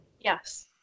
Yes